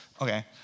Okay